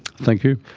thank you.